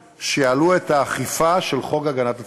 שייעלו את האכיפה של חוק הגנת הצרכן.